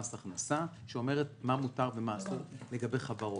הכנסה שאומרת מה מותר ומה אסור לגבי חברות,